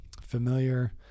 familiar